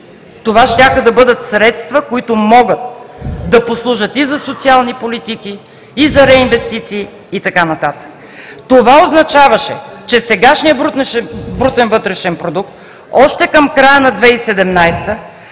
Това щяха да бъдат средства, които могат да послужат и за социални политики, и за реинвестиции, и така нататък. Това означаваше, че сегашният брутен вътрешен продукт още към края на 2017